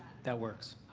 that works.